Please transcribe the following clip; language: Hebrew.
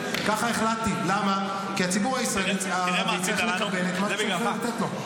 הודיע, הודיע וקיים את הבטחתו.